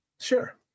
Sure